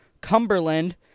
Cumberland